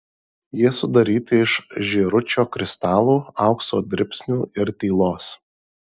jie sudaryti iš žėručio kristalų aukso dribsnių ir tylos